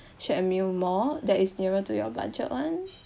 share with you more that is nearer to your budget [one]